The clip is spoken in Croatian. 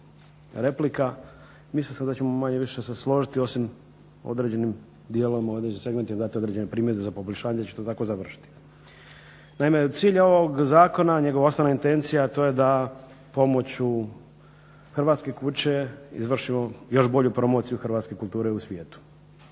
replika. Mislio sam da ćemo manje-više se složiti osim određenim dijelom, u određenim segmentima dati određene primjedbe za poboljšanje i da će tako završiti. Naime cilj ovog zakona, njegova osnovna intencija je da pomoću "Hrvatske kuće" izvršimo još bolju promociju hrvatske kulture u svijetu